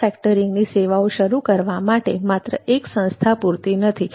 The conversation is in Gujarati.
સફળ ફેક્ટરીંગ સેવાઓ શરૂ કરવા માટે માત્ર એક સંસ્થા પૂરતી નથી